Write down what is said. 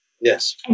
Yes